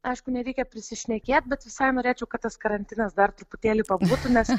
aišku nereikia prisišnekėt bet visai norėčiau kad tas karantinas dar truputėlį pabūtų nes